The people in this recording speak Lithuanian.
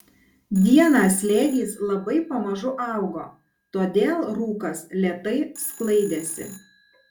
dieną slėgis labai pamažu augo todėl rūkas lėtai sklaidėsi